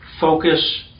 Focus